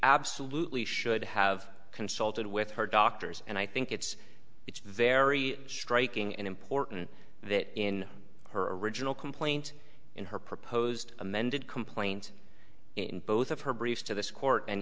absolutely should have consulted with her doctors and i think it's it's very striking and important that in her original complaint in her proposed amended complaint in both of her briefs to this court and